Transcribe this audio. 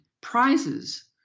prizes